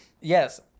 Yes